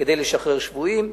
כדי לשחרר שבויים,